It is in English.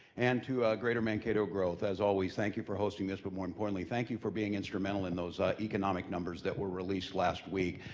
and to greater mankato growth, as always, thank you for hosting this, but more importantly, thank you for being instrumental in those economic numbers that were released last week.